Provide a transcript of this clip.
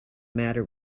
matter